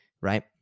Right